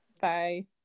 bye